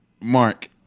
Mark